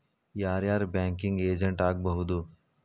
ಯಾರ್ ಯಾರ್ banking agent ಆಗ್ಬಹುದು?